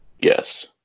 Yes